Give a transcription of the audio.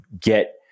get